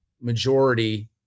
majority